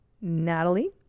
Natalie